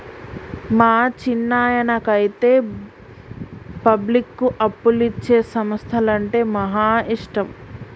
మా చిన్నాయనకైతే పబ్లిక్కు అప్పులిచ్చే సంస్థలంటే మహా ఇష్టం